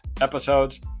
episodes